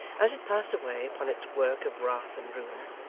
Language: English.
as it passed away upon its work of wrath and ruin,